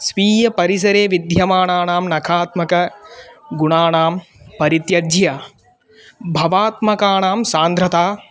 स्वीयपरिसरे विद्यमानानां नकात्मकगुणानां परित्यज्य भवात्मकानां सान्द्रता